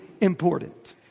important